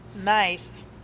Nice